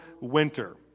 winter